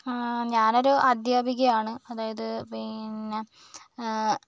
ഞാനൊരു അധ്യാപികയാണ് അതായത് പിന്നെ